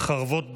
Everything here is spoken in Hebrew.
(חרבות ברזל),